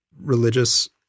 religious